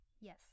Yes